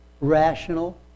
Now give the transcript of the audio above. rational